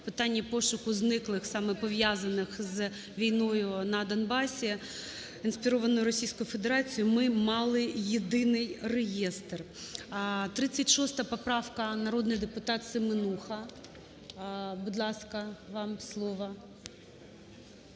питанні пошуку зниклих, саме пов'язаних з війною на Донбасі, інспірованою Російською Федерацією, ми мали єдиний реєстр. 36 поправка. Народний депутатСеменуха, будь ласка, вам слово.